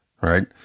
right